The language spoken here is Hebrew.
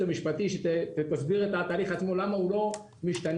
המשפטי והיא תסביר למה התהליך עצמו לא משתנה.